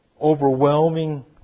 overwhelming